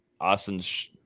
Austin's